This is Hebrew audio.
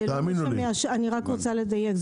אני רק רוצה לדייק,